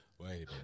Wait